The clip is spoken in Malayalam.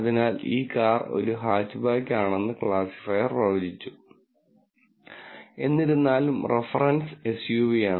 അതിനാൽ ഈ കാർ ഒരു ഹാച്ച്ബാക്ക് ആണെന്ന് ക്ലാസിഫയർ പ്രവചിച്ചു എന്നിരുന്നാലും റഫറൻസ് എസ്യുവിയാണ്